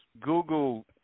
Google –